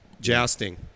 jousting